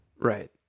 Right